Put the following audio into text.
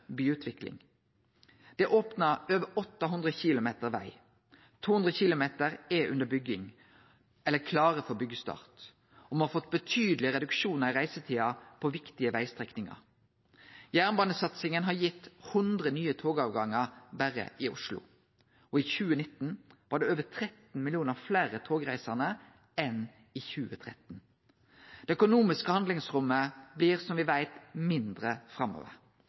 byutvikling. Det er opna over 800 kilometer veg. 200 kilometer er under bygging eller klare for byggestart, og me har fått betydelege reduksjonar i reisetida på viktige vegstrekningar. Jernbanesatsinga har gitt 100 nye togavgangar berre i Oslo, og i 2019 var det over 13 millionar fleire togreisande enn i 2013. Det økonomiske handlingsrommet blir, som me veit, mindre framover.